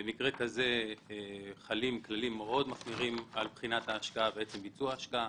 במקרה כזה חלים כללים מאוד מחמירים על בחינת ההשקעה ועצם ביצוע ההשקעה.